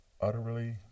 Utterly